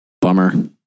Bummer